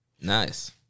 Nice